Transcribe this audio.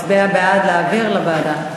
מה אנחנו, להצביע בעד להעביר לוועדה.